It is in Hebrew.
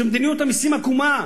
שמדיניות המסים עקומה,